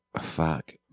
fuck